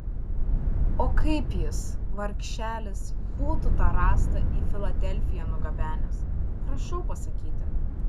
o kaip jis vargšelis būtų tą rąstą į filadelfiją nugabenęs prašau pasakyti